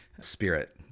spirit